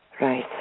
Right